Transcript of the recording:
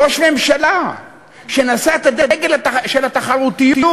ראש ממשלה שנשא את הדגל של התחרותיות